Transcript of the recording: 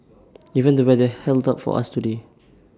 even the weather held up for us today